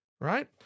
Right